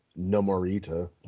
Namorita